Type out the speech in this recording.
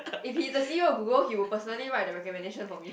if he's the C_E_O of Google he would personally write the recommendation for me